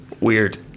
Weird